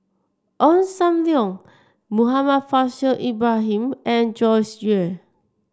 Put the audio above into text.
Ong Sam Leong Muhammad Faishal Ibrahim and Joyce Jue